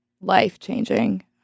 life-changing—